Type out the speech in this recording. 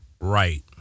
Right